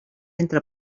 entre